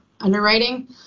underwriting